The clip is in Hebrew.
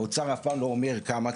האוצר אף פעם לא אומר כמה,